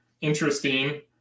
interesting